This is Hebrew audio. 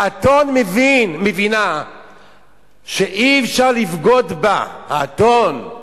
האתון מבינה שאי-אפשר לבגוד בה, האתון.